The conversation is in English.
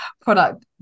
product